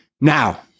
Now